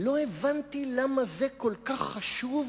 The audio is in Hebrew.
ולא הבנתי למה זה כל כך חשוב,